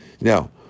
Now